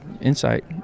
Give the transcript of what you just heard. insight